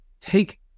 take